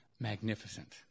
magnificent